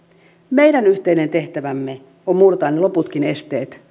meidän yhteinen tehtävämme on murtaa ne loputkin esteet